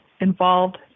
involved